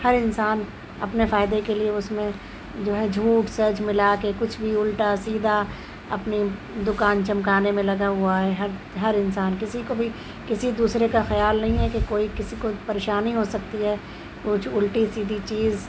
ہر انسان اپنے فائدے کے لیے اس میں جو ہے جھوٹ سچ ملا کے کچھ بھی الٹا سیدھا اپنی دکان چمکانے میں لگا ہوا ہے ہر ہر انسان کسی کو بھی کسی دوسرے کا خیال نہیں ہے کہ کوئی کسی کو پریشانی ہو سکتی ہے کچھ اُلٹی سیدھی چیز